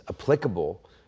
applicable